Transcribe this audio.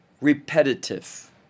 repetitive